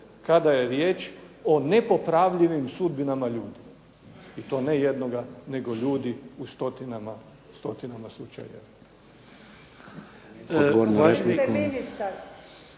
kada je riječ o nepopravljivim sudbinama ljudi i to ne jednoga nego ljudi u stotinama slučajeva.